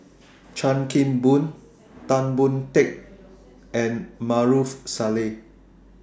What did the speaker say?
Chan Kim Boon Tan Boon Teik and Maarof Salleh